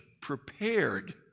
prepared